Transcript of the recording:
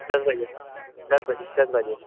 دس بجے دس بجے دس بجے